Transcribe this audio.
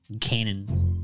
Cannons